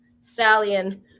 stallion